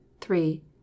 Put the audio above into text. three